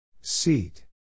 Seat